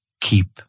Keep